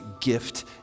gift